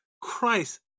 Christ